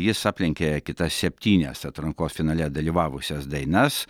jis aplenkė kitas septynias atrankos finale dalyvavusias dainas